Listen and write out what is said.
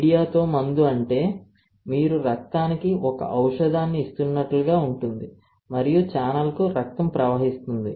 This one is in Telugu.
మీడియాతో మందు అంటే మీరు రక్తానికి ఒక ఔషధాన్ని ఇస్తున్నట్లుగా ఉంటుంది మరియు ఛానెల్కు రక్తం ప్రవహిస్తుంది